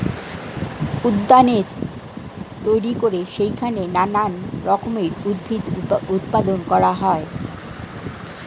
উদ্যানে তৈরি করে সেইখানে নানান রকমের উদ্ভিদ উৎপাদন করা হয়